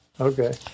Okay